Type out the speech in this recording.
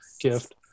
gift